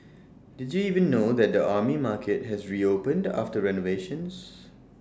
did you even know that the Army Market has reopened after renovations